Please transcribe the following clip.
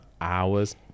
hours